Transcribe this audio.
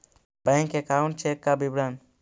Bank account check का विवरण?